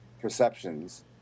perceptions